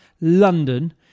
London